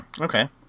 Okay